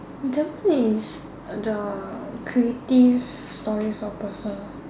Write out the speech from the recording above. that one is the creative stories or personal